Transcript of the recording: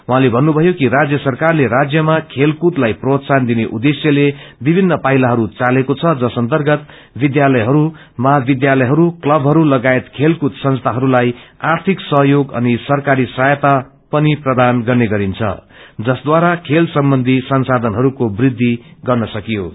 उझँले भन्नुषयो कि राज्य सरकारले राज्यमा खेलकूदलाई प्रोत्साहन दिने उद्देश्यले विभिन्न पाइलाहरू चालेको छ जस अन्तर्गत विद्यालयहरू महाविद्यालयहरू क्लबहरू लगायत खेलकूद संस्थाहरूलाई आर्थिक सहयोग अनि सरकारी सहायता पनि प्रदान गर्ने गरिन्छ जसद्वारा खेल सम्बन्ची संशायनहरूको वृद्धि गर्न सकियोस्